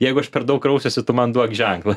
jeigu aš per daug rausiuosi tu man duok ženklą